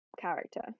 character